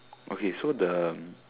okay so the